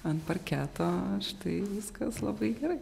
ant parketo štai viskas labai gerai